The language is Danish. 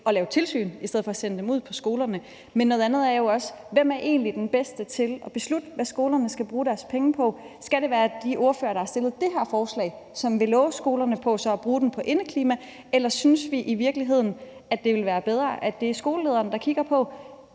at lave tilsyn i stedet for at sende dem ud til skolerne. Men noget andet er jo også, hvem der egentlig er den bedste til at beslutte, hvad skolerne skal bruge deres penge på. Skal det være de ordførere, der har fremsat det her forslag, og som vil låse skolerne til at bruge pengene på indeklima, eller synes vi i virkeligheden, at det ville være bedre, at det er skolelederen, der kigger på,